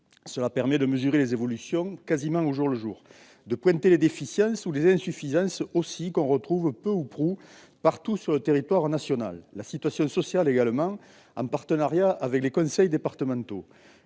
Cela permet de mesurer les évolutions quasiment au jour le jour et de pointer les déficiences ou les insuffisances que l'on retrouve peu ou prou partout sur le territoire national. La situation sociale doit aussi être observée, en partenariat avec les conseils départementaux.